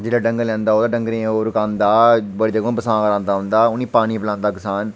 जेह्ड़ा डंगर लैंदा ओह् डंगरें ई रकांदा बसांऽ करांदा उं'दा उ'नें ई पानी पलेआंदा कसान